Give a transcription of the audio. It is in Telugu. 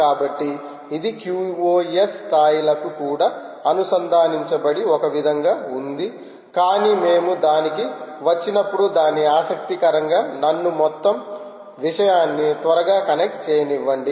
కాబట్టి ఇది QoS స్థాయిలకు కూడా అనుసంధానించబడి ఒక విధంగా ఉంది కానీ మేము దానికి వచ్చినప్పుడు దాని ఆసక్తికరంగా నన్ను మొత్తం విషయాన్ని త్వరగా కనెక్ట్ చేయనివ్వండి